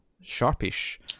sharpish